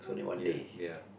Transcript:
ya ya